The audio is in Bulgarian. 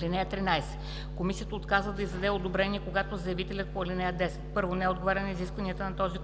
(13) Комисията отказва да издаде одобрение, когато заявителят по ал. 10: 1. не отговаря на изискванията на този кодекс;